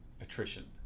attrition